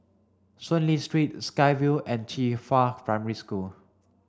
Soon Lee Street Sky Vue and Qifa Primary School